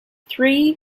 three